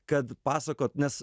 kad pasakot nes